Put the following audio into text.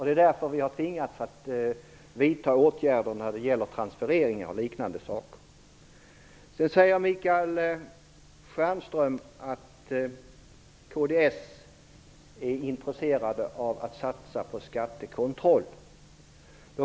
Det är därför som vi har tvingats vidta åtgärder när det gäller transfereringar o.d. Michael Stjernström säger att kds är intresserat av att satsa på skattekontroll.